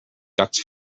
ducks